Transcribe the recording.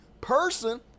person